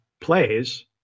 plays